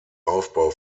aufbau